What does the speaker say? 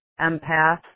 empath